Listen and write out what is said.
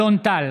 אלון טל,